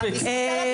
מספיק, דמגוגיה.